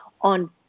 on